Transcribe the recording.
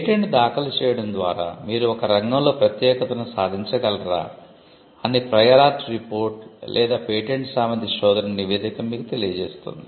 patent దాఖలు చేయడం ద్వారా మీరు ఒక రంగంలో ప్రత్యేకతను సాధించగలరా అని ప్రయర్ ఆర్ట్ రిపోర్ట్ లేదా పేటెంట్ సామర్థ్య శోధన నివేదిక మీకు తెలియజేస్తుంది